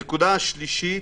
הנקודה השלישית,